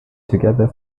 together